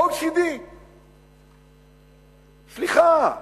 OECD. סליחה,